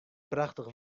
prachtich